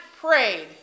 prayed